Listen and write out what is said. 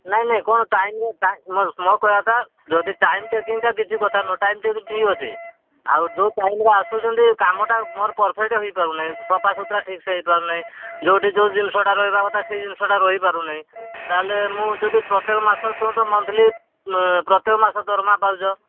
ନାଇଁ ନାଇଁ କ'ଣ ଟାଇମ୍ରେ ମୋ କହିବା କଥା ଯଦି ଟାଇମ୍ ଟେକିଙ୍ଗଟା କିଛି କଥା ନୁହେଁ ଟାଇମ୍ ଟେକିଙ୍ଗ୍ ଠିକ୍ ଅଛି ଆଉ ଯୋଉ ଟାଇମ୍ରେ ଆସୁଛନ୍ତି କାମଟା ମୋର ପରଫେକ୍ଟ ହୋଇପାରୁ ନାହିଁ ସଫା ସୁତୁରା ଠିକ୍ ସେ ହୋଇପାରୁନାହିଁ ଯୋଉଠି ଯୋଉ ଜିନିଷଟା ରହିବା କଥା ସେଇ ଜିନିଷଟା ରହିପାରୁନାହିଁ ତା'ହେଲେ ମୁଁ ଯଦି ପ୍ରତ୍ୟେକ ମାସ ତୁ ତ ମନ୍ଥଲି ପ୍ରତ୍ୟେକ ମାସ ଦରମା ପାଉଛ